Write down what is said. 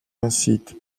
incite